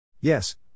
Yes